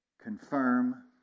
confirm